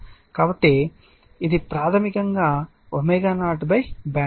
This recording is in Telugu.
కాబట్టి ఇది ప్రాథమికంగా ω0 BW బ్యాండ్విడ్త్